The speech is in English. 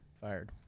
fired